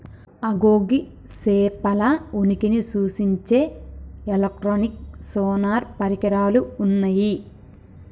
అగో గీ సేపల ఉనికిని సూచించే ఎలక్ట్రానిక్ సోనార్ పరికరాలు ఉన్నయ్యి